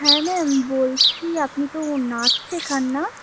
হ্যাঁ ম্যাম বলছি আপনি তো নাচ শেখান না